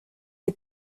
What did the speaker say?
est